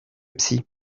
psy